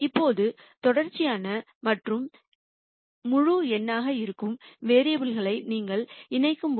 இப்போது தொடர்ச்சியான மற்றும் முழு எண்ணாக இருக்கும் வேரியபுல் களை நீங்கள் இணைக்கும்போது